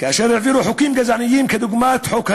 כאשר העבירו חוקים גזעניים דוגמת חוק הלאום,